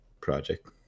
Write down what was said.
project